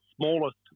smallest